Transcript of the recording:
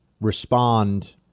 respond